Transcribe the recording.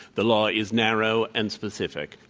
the law is narrow and specific.